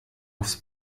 aufs